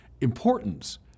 importance